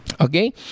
Okay